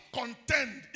contend